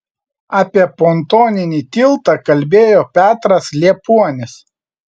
apie pontoninį tiltą kalbėjo petras liepuonis